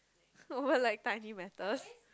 over like tiny matters